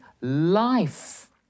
life